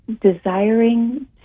desiring